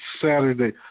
Saturday